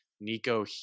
Nico